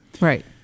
Right